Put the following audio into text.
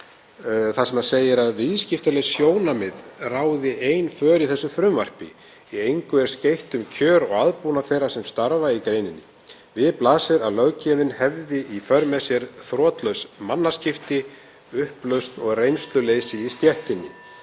þar sem segir að viðskiptaleg sjónarmið ráði ein för í þessu frumvarpi. Í engu sé skeytt um kjör og aðbúnað þeirra sem starfa í greininni og við blasi að löggjöfin hefði í för með sér þrotlaus mannaskipti, upplausn og reynsluleysi (Forseti